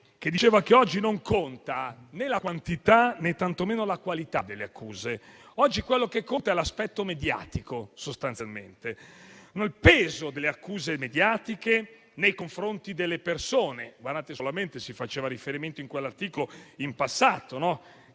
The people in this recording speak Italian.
cui diceva che oggi non conta né la quantità, né tantomeno la qualità delle accuse. Oggi quello che conta è l'aspetto mediatico, il peso delle accuse mediatiche nei confronti delle persone. Si faceva riferimento in quell'articolo al passato, a